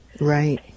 Right